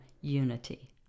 unity